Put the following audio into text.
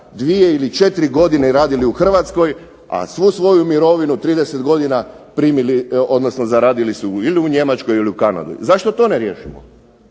dvije ili četiri godine radili u Hrvatskoj, a svu svoju mirovinu 30 godina primili, odnosno zaradili su ili u Njemačkoj ili u Kanadi. Zašto to ne riješimo?